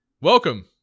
Welcome